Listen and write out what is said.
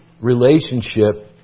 relationship